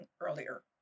earlier